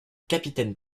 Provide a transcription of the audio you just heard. capitaine